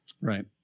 Right